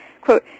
quote